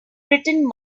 written